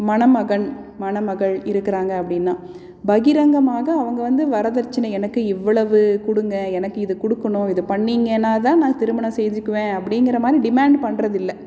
மணமகன் மணமகள் இருக்கிறாங்க அப்படினா பகிரங்கமாக அவங்க வந்து வரதட்சணை எனக்கு இவ்வளவு கொடுங்க எனக்கு இது கொடுக்குணு இது பண்ணிங்கன்னால் தான் நான் திருமணம் செஞ்சுக்குவேன் அப்படிங்கிற மாதிரி டிமேண்ட் பண்றதில்லை